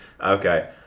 okay